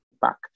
back